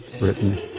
written